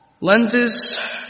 Lenses